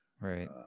right